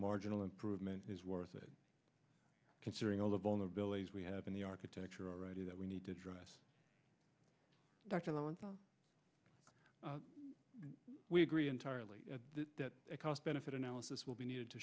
marginal improvement is worth it considering all the vulnerabilities we have in the architecture already that we need to address dr low and we agree entirely that a cost benefit analysis will be needed to